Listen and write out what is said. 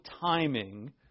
timing